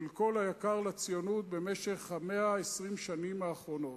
של כל היקר לציונות במשך 120 השנים האחרונות?